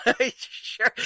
Sure